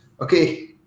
Okay